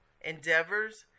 endeavors